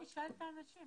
בוא נשאל את האנשים,